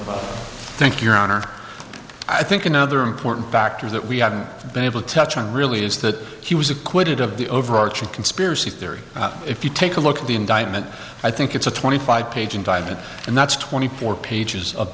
i think your honor i think another important factor that we haven't been able to touch on really is that he was acquitted of the overarching conspiracy theory if you take a look at the indictment i think it's a twenty five page indictment and that's twenty four pages of